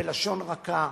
בלשון רכה,